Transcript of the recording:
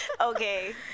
Okay